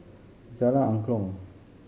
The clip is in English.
Jalan Angklong